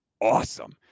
awesome